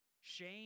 Shame